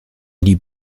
die